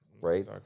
Right